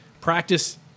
practice